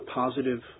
positive